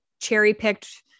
cherry-picked